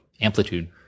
amplitude